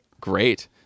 Great